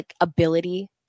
ability